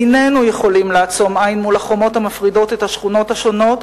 איננו יכולים לעצום עין מול החומות המפרידות את השכונות השונות,